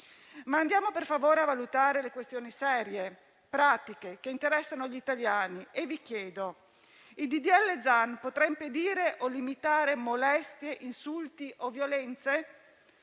Andiamo, per favore, a valutare le questioni serie e pratiche che interessano gli italiani e vi chiedo: il disegno di legge Zan potrà impedire o limitare molestie, insulti o violenze?